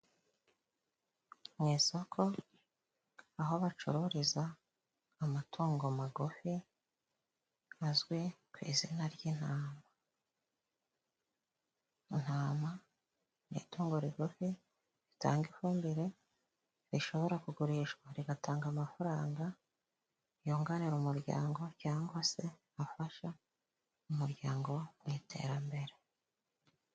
Mu isoko aho bacururiza amatungo magufi azwi ku izina ry'intama. Intama ni itungo rigufi ritanga ifumbire rishobora kugurishwa rigatanga amafaranga yunganira umuryango cyangwa se afasha umuryango mu iterambere.